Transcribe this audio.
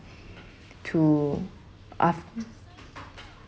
to aft~